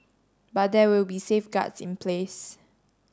but there will be safeguards in place